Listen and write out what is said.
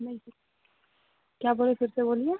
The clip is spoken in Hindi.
नहीं तो क्या बोले फिर से बोलिए